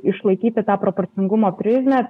išlaikyti tą proporcingumo prizmę